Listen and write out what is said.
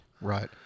right